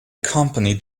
company